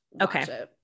okay